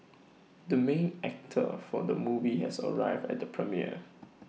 the main actor for the movie has arrived at the premiere